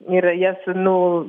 ir jas nu